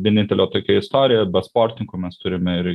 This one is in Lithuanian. vienintelė tokia istorija be sportininkų mes turime ir